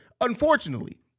unfortunately